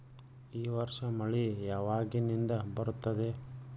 ಈ ವರ್ಷ ಮಳಿ ಯಾವಾಗಿನಿಂದ ಬರುತ್ತದೆ?